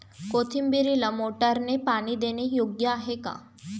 कोथिंबीरीला मोटारने पाणी देणे योग्य आहे का?